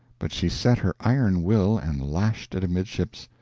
but she set her iron will and lashed it amidships,